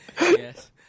Yes